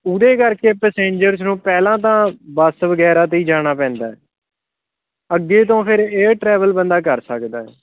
ਉਹਦੇ ਕਰਕੇ ਪੈਸੰਜਰਸ ਨੂੰ ਪਹਿਲਾਂ ਤਾਂ ਬੱਸ ਵਗੈਰਾ 'ਤੇ ਹੀ ਜਾਣਾ ਪੈਂਦਾ ਅੱਗੇ ਤੋਂ ਫਿਰ ਏਅਰ ਟਰੈਵਲ ਬੰਦਾ ਕਰ ਸਕਦਾ